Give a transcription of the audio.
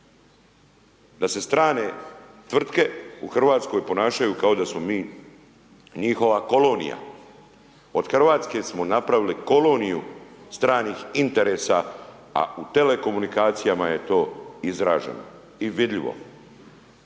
Da se strane tvrtke u Hrvatskoj ponašaju kao da smo mi njihova kolonija, od Hrvatske smo napravili koloniju stranih interesa a u telekomunikacijama je to izraženo i vidljivo.